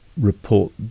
report